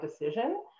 decision